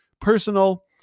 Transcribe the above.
personal